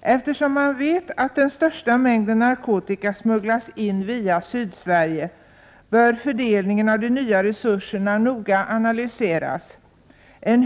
Eftersom man vet att den största mängden narkotika smugglas in via Sydsverige bör fördelningen av de nya resurserna noga analyseras.